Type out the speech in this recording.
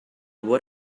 what